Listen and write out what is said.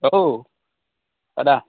औ आदा